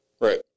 Right